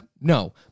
No